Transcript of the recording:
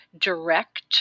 direct